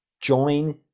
Join